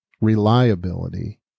reliability